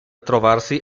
trovarsi